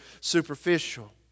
superficial